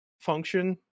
function